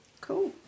Cool